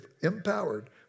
empowered